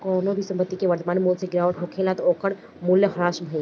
कवनो भी संपत्ति के वर्तमान मूल्य से गिरावट होखला पअ ओकर मूल्य ह्रास भइल